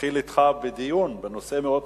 התחילו אתך בדיון בנושא מאוד חשוב,